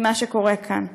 מה שקורה כאן.